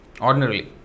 Ordinarily